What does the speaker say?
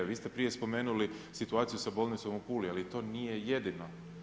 Vi ste prije spomenuli situaciju sa bolnicom u Puli, ali to nije jedino.